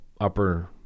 upper